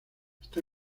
está